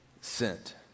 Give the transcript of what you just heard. sent